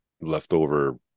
leftover